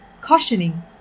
cautioning